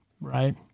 Right